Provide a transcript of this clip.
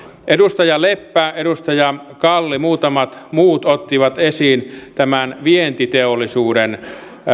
edustaja leppä edustaja kalli muutamat muut ottivat esiin tämän vientiteollisuuden